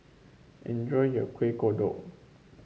enjoy your Kuih Kodok